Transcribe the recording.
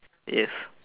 yes